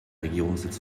regierungssitz